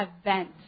event